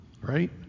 right